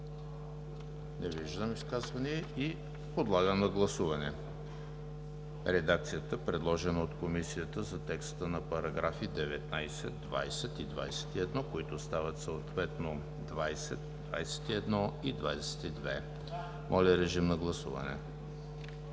Не виждам изказвания. Подлагам на гласуване редакцията, предложена от Комисията за текста на параграфи 19, 22 и 21, които стават съответно параграфи 20, 21 и 22. Гласували